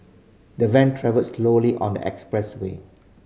the van travelled slowly on the expressway